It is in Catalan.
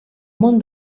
món